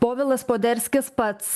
povilas poderskis pats